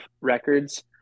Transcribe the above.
records